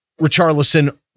Richarlison